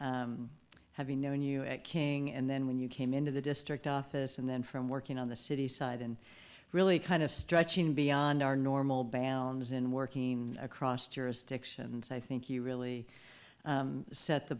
having known you at king and then when you came into the district office and then from working on the city side and really kind of stretching beyond our normal bands and working across jurisdictions i think you really set the